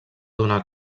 donar